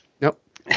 Nope